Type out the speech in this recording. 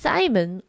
Simon